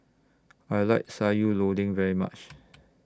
I like Sayur Lodeh very much